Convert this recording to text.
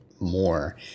more